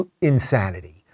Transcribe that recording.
insanity